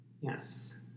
Yes